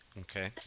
okay